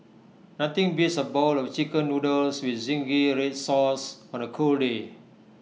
nothing beats A bowl of Chicken Noodles with Zingy Red Sauce on A cold day